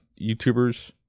YouTubers